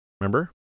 Remember